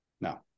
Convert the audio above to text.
No